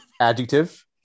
Adjective